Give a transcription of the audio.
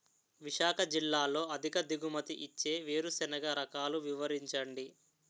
విశాఖ జిల్లాలో అధిక దిగుమతి ఇచ్చే వేరుసెనగ రకాలు వివరించండి?